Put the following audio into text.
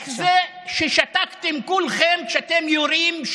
איך זה ששתקתם כולכם כשיורים,